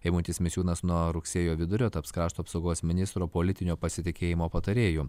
eimutis misiūnas nuo rugsėjo vidurio taps krašto apsaugos ministro politinio pasitikėjimo patarėju